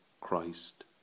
Christ